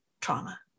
trauma